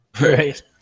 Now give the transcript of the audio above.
Right